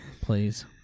please